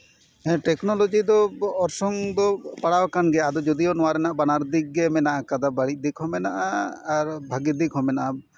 technology ᱫᱚ ᱚᱨᱥᱚᱝ ᱫᱚ ᱯᱟᱲᱟᱣ ᱠᱟᱱ ᱜᱮᱭᱟ ᱟᱫᱚ ᱡᱳᱫᱤᱭᱳ ᱱᱚᱣᱟ ᱨᱮᱱᱟᱜ ᱵᱟᱱᱟᱨ ᱫᱤᱠ ᱜᱮ ᱢᱮᱱᱟᱜ ᱠᱟᱫᱟ ᱵᱟᱹᱲᱤᱡ ᱫᱤᱠ ᱦᱚᱸ ᱢᱮᱱᱟᱜᱼᱟ ᱟᱨ ᱵᱷᱟᱹᱜᱤ ᱫᱤᱠ ᱦᱚᱸ ᱢᱮᱱᱟᱜᱼᱟ